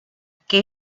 que